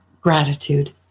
gratitude